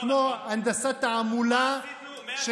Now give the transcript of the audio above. כמו הנדסת תעמולה,